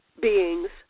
Beings